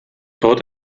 tot